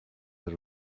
the